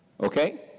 Okay